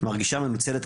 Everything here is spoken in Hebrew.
מרגישה מנוצלת,